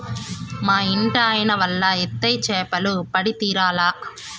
మా ఇంటాయన వల ఏత్తే చేపలు పడి తీరాల్ల